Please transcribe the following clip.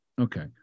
Okay